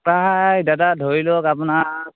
প্ৰায় দাদা ধৰি লওক আপোনাৰ